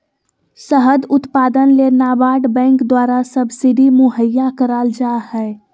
शहद उत्पादन ले नाबार्ड बैंक द्वारा सब्सिडी मुहैया कराल जा हय